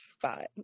five